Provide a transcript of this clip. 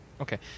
Okay